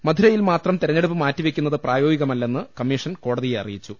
മധുരയിൽ മാത്രം തെരഞ്ഞെ ടുപ്പ് മാറ്റിവെക്കുന്നത് പ്രായോഗികമല്ലെന്ന് കമ്മീഷൻ കോടതിയെ അറിയിച്ചു